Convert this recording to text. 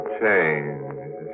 change